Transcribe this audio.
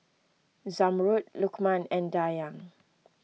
Zamrud Lukman and Dayang